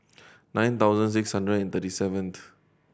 nine thousand six hundred and thirty seven